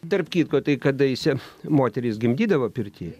tarp kitko tai kadaise moterys gimdydavo pirty